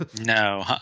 No